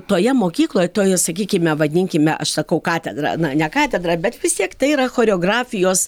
toje mokykloje toj sakykime vadinkime aš sakau katedra na ne katedra bet vis tiek tai yra choreografijos